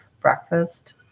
breakfast